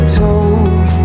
told